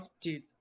Dude